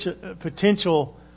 potential